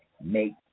make